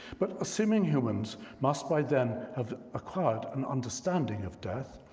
but assuming humans must by then have acquired an understanding of death,